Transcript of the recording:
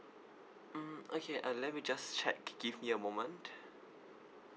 mm okay uh let me just check give me a moment